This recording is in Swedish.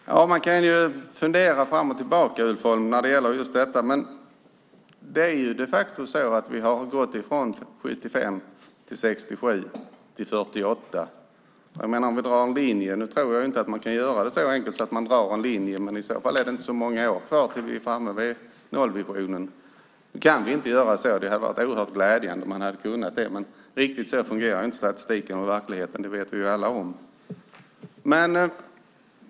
Herr talman! Man kan fundera fram och tillbaka när det gäller detta, Ulf Holm, men vi har de facto gått från 75 till 67 och vidare till 48. Om man drar ut en linje baserad på dessa tal - nu tror jag ju inte att man kan göra det så enkelt för sig - är det inte så många år kvar tills vi är framme vid nollvisionen. Det hade förstås varit oerhört glädjande om man hade kunnat göra så, men riktigt så fungerar inte statistiken och verkligheten. Det vet vi ju alla.